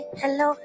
hello